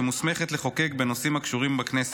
שמוסמכת לחוקק בנושאים הקשורים בכנסת.